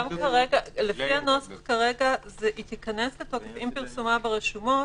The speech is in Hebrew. לפי הנוסח כרגע היא תיכנס לתוקף עם פרסומה ברשומות,